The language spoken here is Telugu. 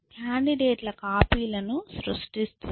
కాండిడేట్ ల కాపీలను సృష్టిస్తుంది